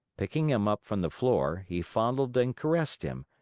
picking him up from the floor, he fondled and caressed him,